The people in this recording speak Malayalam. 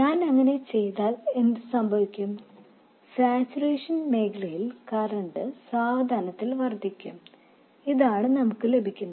ഞാൻ അങ്ങനെ ചെയ്താൽ എന്ത് സംഭവിക്കും സാച്ചുറേഷൻ മേഖലയിൽ കറൻറ് സാവധാനത്തിൽ വർദ്ധിക്കും അതാണ് നമുക്ക് ലഭിക്കുന്നത്